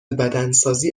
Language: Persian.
بدنسازی